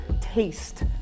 taste